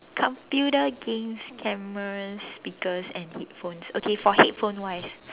computer games cameras speakers and headphones okay for headphone wise